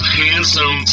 handsome